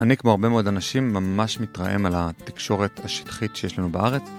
אני כמו הרבה מאוד אנשים ממש מתרעם על התקשורת השטחית שיש לנו בארץ.